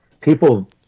people